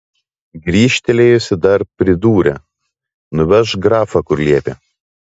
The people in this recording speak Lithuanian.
grįžtelėjusi dar pridūrė nuvežk grafą kur liepė